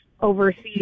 overseas